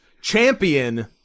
champion